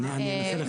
אני אנסה לחדד.